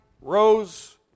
rose